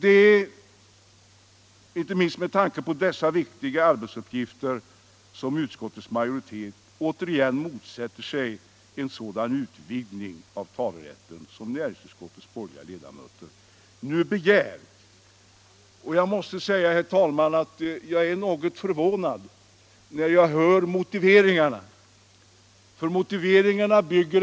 Det är inte minst med tanke på dessa viktiga arbetsuppgifter som utskottets majoritet återigen motsätter sig en sådan utvidgning av talerätten som näringsutskottets borgerliga ledamöter nu begär. Jag måste säga att jag blir något förvånad när jag hör motiveringarna för det borgerliga förslaget.